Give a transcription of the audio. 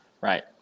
Right